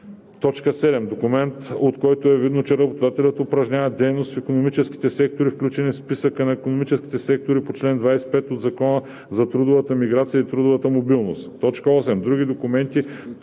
7. документ, от който е видно, че работодателят упражнява дейност в икономическите сектори, включени в Списъка на икономическите сектори по чл. 25 от Закона за трудовата миграция и трудовата мобилност; 8. други документи,